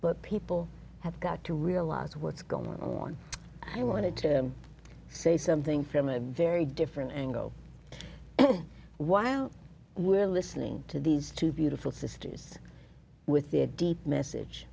but people have got to realise what's gone on and i wanted to say something from a very different angle and while we're listening to these two beautiful sisters with their deep message